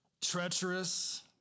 treacherous